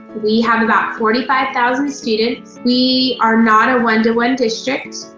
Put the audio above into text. we have about forty five thousand students. we are not a one-to-one district.